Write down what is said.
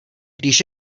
když